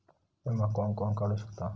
विमा कोण कोण काढू शकता?